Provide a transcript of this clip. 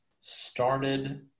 started